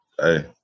Hey